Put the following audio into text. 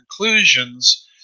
conclusions